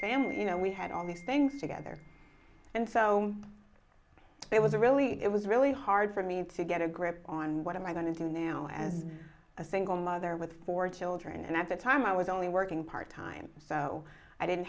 family you know we had all these things together and so it was a really it was really hard for me to get a grip on what am i going to do now as a single mother with four children and at the time i was only working part time so i didn't